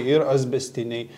ir asbestiniai